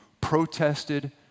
protested